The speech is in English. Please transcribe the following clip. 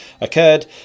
occurred